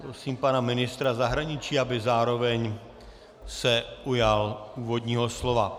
Prosím pana ministra zahraničí, aby se zároveň ujal úvodního slova.